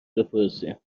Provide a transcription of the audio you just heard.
بپرسیم